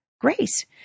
grace